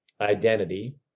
identity